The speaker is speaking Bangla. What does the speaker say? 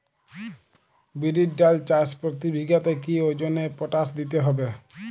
বিরির ডাল চাষ প্রতি বিঘাতে কি ওজনে পটাশ দিতে হবে?